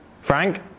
Frank